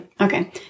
Okay